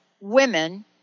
women